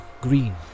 green